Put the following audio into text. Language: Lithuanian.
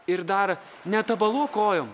ir dar netabaluok kojom